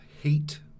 Heat